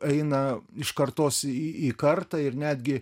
eina iš kartos į kartą ir netgi